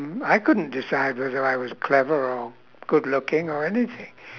mm I couldn't decide whether I was clever or good looking or anything